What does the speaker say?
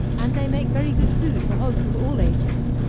and they make very good food for hogs of all ages.